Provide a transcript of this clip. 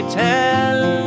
tell